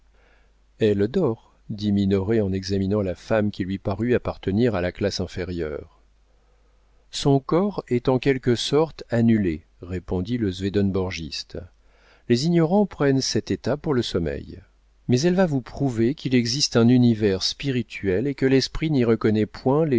elle dort dit minoret en examinant la femme qui lui parut appartenir à la classe inférieure son corps est en quelque sorte annulé répondit le swedenborgiste les ignorants prennent cet état pour le sommeil mais elle va vous prouver qu'il existe un univers spirituel et que l'esprit n'y reconnaît point